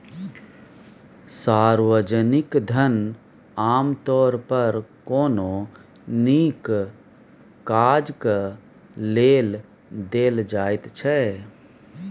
सार्वजनिक धन आमतौर पर कोनो नीक काजक लेल देल जाइत छै